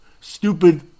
stupid